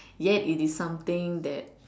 yet it is something that